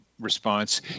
Response